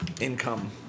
income